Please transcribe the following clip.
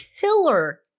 killer